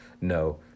no